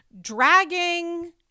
dragging